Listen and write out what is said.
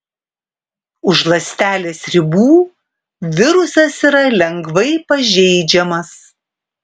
už ląstelės ribų virusas yra lengvai pažeidžiamas